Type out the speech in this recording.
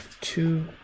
two